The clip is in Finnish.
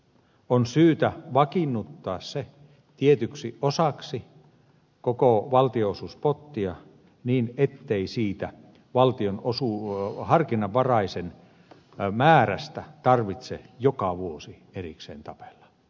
on syytä vakiinnuttaa se tietyksi osaksi koko valtionosuuspottia niin ettei siitä harkinnanvaraisen määrästä tarvitse joka vuosi erikseen tapella